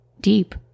deep